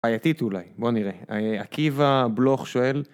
בעייתית אולי, בוא נראה. עקיבא בלוך שואל.